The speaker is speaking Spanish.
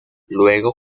luego